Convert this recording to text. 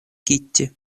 кити